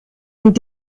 und